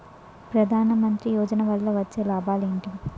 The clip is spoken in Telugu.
ప్రధాన మంత్రి యోజన వల్ల వచ్చే లాభాలు ఎంటి?